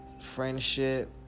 friendship